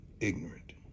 ignorant